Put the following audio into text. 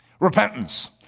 Repentance